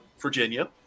Virginia